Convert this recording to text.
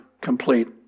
complete